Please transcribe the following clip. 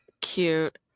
Cute